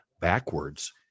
backwards